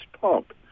Pump